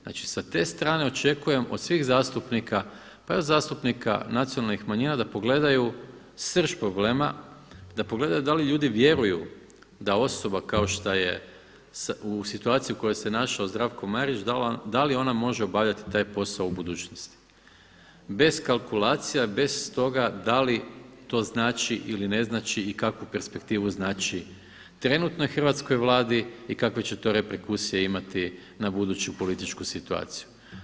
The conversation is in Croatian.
Znači sa te strane očekujem od svih zastupnika pa i od zastupnika nacionalnih manjina da pogledaju srž problema, da pogledaju da li ljudi vjeruju da osoba kao što je u situaciji u kojoj se našao Zdravko Marić da li ona može obavljati taj posao u budućnosti, bez kalkulacija, bez toga da li to znači ili ne znači i kakvu perspektivu znači trenutnoj hrvatskoj Vladi i kakve će to reperkusije imati na buduću političku situaciju.